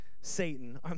Satan